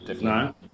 No